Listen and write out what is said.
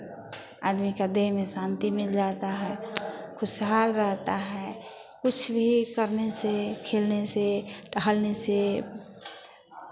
आदमी का देह में शांति मिल जाता है खुशहाल रहता है कुछ भी करने से खेलने से टहलने से